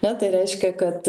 na tai reiškia kad